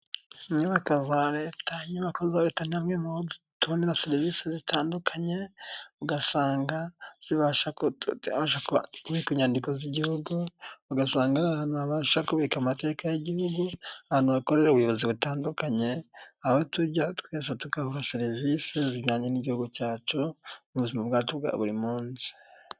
Inyubako za Leta, inyubako za Leta ni hamwe muho tubonera serivisi zitandukanye, ugasanga zibasha kubika inyandiko z'igihugu, ugasanga ari ahantu habasha kubika amateka y'igihugu, ahantu hakorera ubuyobozi butandukanye, aho tujya twese tugahabwa serivisi zijyanye n'igihugu cyacu, mu buzima bwacu bwa buri munsi.